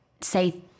say